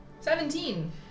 Seventeen